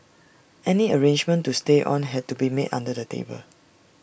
any arrangement to stay on had to be made under the table